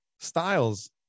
styles